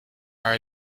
are